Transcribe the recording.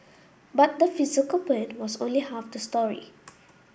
but the physical pain was only half the story